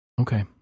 Okay